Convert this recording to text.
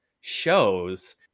shows